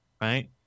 right